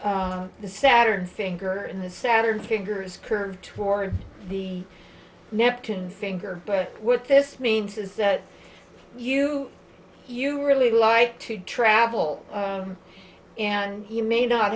the saturn finger in the saturn fingers curved toward the neptune finger but what this means is that you you really like to travel and you may not